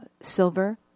silver